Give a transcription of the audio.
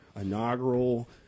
Inaugural